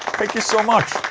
thank you so much